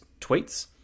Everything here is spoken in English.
tweets